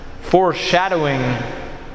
foreshadowing